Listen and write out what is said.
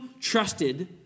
trusted